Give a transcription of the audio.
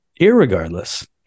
irregardless